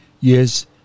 Yes